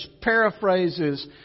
paraphrases